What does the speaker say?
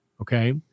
Okay